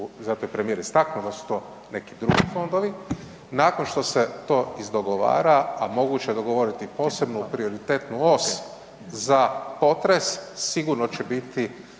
zato je premijer istaknuo da su to neki drugi fondovi, nakon što se to izdogovara, a moguće je dogovoriti posebnu prioritetnu os za potres, sigurni će biti